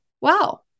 wow